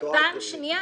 פעם שנייה